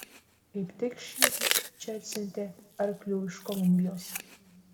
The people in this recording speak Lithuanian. kaip tik šįryt čia atsiuntė arklių iš kolumbijos